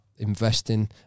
investing